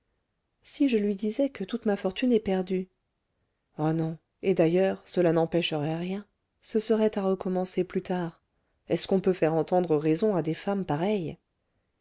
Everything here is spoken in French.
si je lui disais que toute ma fortune est perdue ah non et d'ailleurs cela n'empêcherait rien ce serait à recommencer plus tard est-ce qu'on peut faire entendre raison à des femmes pareilles